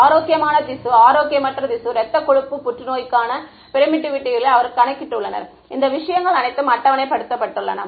ஆரோக்கியமான திசு ஆரோக்கியமற்ற திசு இரத்த கொழுப்பு புற்றுநோய்க்கான பெர்மிட்டிவிட்டிகளை அவர்கள் கணக்கிட்டுள்ளனர் இந்த விஷயங்கள் அனைத்தும் அட்டவணைப்படுத்தப்பட்டுள்ளன